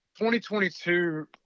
2022